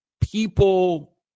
people